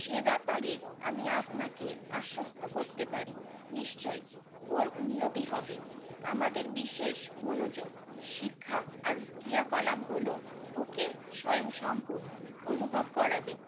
সে ব্যাপারে আমি আপনাকে আশ্বস্ত করতে পারি নিশ্চয় ওর উন্নতি হবে আমাদের বিশেষ মনোযোগ শিক্ষা আর ক্রিয়াকলাপগুলো ওকে স্বয়ংসম্পূর্ণ অনুভব করাবে